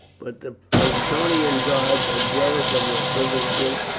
but the praetorian guards are jealous of their privileges,